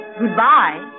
goodbye